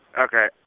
Okay